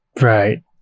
Right